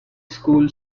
school